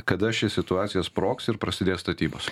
kada ši situacija sprogs ir prasidės statybos